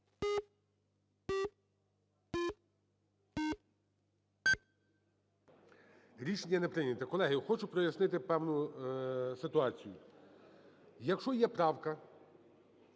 Рішення не прийнято. Колеги, хочу прояснити певну ситуацію. Якщо є правка